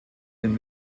den